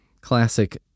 Classic